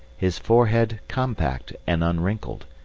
his forehead compact and unwrinkled,